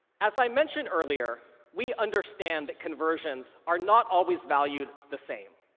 as i mentioned earlier, we understand that conversions are not always valued the same.